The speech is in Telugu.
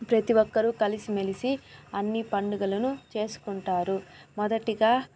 ప్రతి ఒక్కరూ కలిసి మెలిసి అన్ని పండుగలను చేసుకుంటారు మొదటిగా